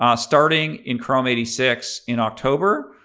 um starting in chrome eighty six in october,